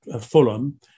fulham